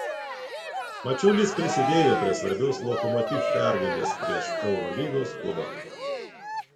mačiulis prisidėjo prie svarbios lokomotiv pergalės prieš eurolygos klubą